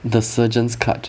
the surgeon's cut